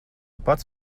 pats